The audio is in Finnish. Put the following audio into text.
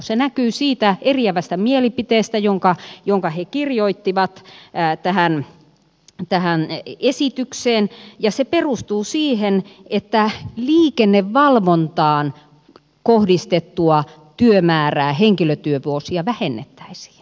se näkyy siitä eriävästä mielipiteestä jonka he kirjoittivat tähän esitykseen ja se perustuu siihen että liikennevalvontaan kohdistettua työmäärää henkilötyövuosia vähennettäisiin